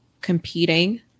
competing